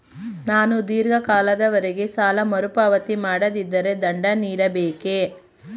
ನಾನು ಧೀರ್ಘ ಕಾಲದವರೆ ಸಾಲ ಮರುಪಾವತಿ ಮಾಡದಿದ್ದರೆ ದಂಡ ನೀಡಬೇಕೇ?